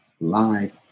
live